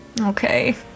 Okay